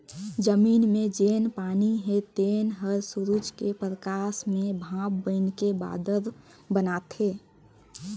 जमीन मे जेन पानी हे तेन हर सुरूज के परकास मे भांप बइनके बादर बनाथे